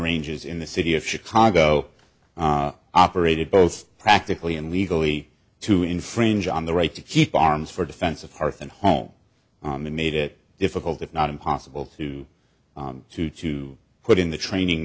ranges in the city of chicago operated both practically and legally to infringe on the right to keep arms for defense of hearth and home made it difficult if not impossible to to to put in the training